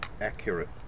accurate